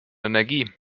energie